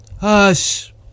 Hush